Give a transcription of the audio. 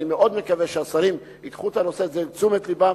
אני מאוד מקווה שהשרים ייקחו את הנושא הזה לתשומת לבם,